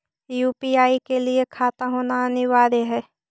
UPI के लिए खाता होना अनिवार्य है?